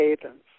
Havens